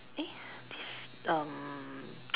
eh this um